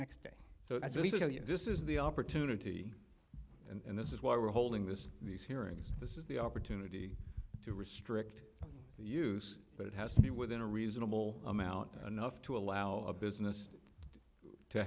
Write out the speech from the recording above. next day so that's what this is the opportunity and this is why we're holding this these hearings this is the opportunity to restrict the use but it has to be within a reasonable amount enough to allow a business to